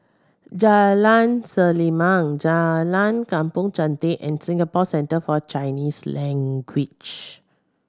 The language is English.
Jalan Selimang Jalan Kampong Chantek and Singapore Centre For Chinese Language